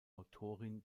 autorin